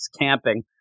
camping